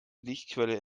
lichtquelle